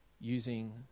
using